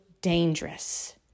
dangerous